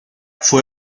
fue